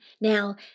Now